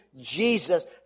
Jesus